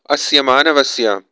अस्य मानवस्य